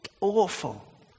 awful